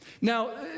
Now